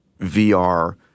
VR